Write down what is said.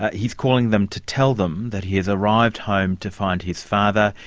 he's calling them to tell them that he has arrived home to find his father,